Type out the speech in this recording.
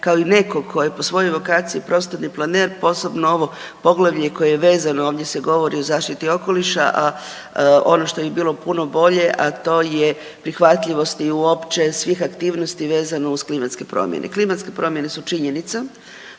kao i netko ko je po svojoj vokaciji prostorni planer, posebno ovo poglavlje koje je vezano, ovdje se govori o zaštiti okoliša, a ono što bi bilo puno bolje, a to je prihvatljivost uopće svih aktivnosti vezano uz klimatske promjene. Klimatske promjene su činjenica,